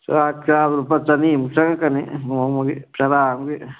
ꯆꯥꯛ ꯆꯥꯕ ꯂꯨꯄꯥ ꯆꯅꯤ ꯃꯨꯛ ꯆꯪꯂꯛꯀꯅꯤ ꯅꯣꯡꯃꯒꯤ ꯆꯔꯥ ꯑꯃꯒꯤ